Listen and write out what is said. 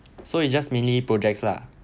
so you just mainly projects lah